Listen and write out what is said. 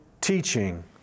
teaching